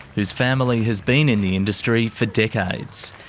whose family has been in the industry for decades.